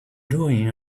doing